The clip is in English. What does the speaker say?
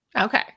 Okay